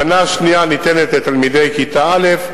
המנה השנייה ניתנת לתלמידי כיתה א',